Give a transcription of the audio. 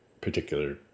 particular